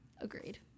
Agreed